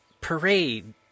Parade